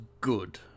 good